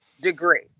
degree